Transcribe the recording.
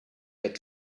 had